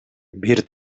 бир